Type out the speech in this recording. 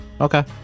Okay